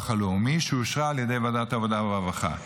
הלאומי שאושר על ידי ועדת העבודה והרווחה,